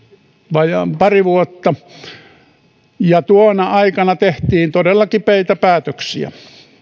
vajaan pari vuotta ja tuona aikana tehtiin todella kipeitä päätöksiä